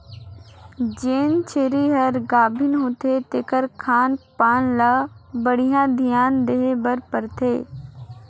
जेन छेरी हर गाभिन होथे तेखर खान पान ल बड़िहा धियान देहे बर परथे